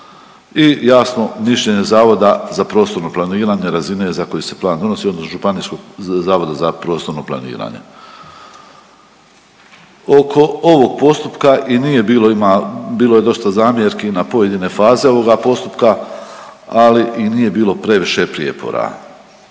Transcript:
i jasno mišljenje Zavoda za prostorno planiranje razine za koju se plan donosi od Županijskog zavoda za prostorno planiranje. Oko ovog postupka i nije bilo ima, bilo je dosta zamjerki na pojedine faze ovoga postupka, ali i nije bilo previše prijepora.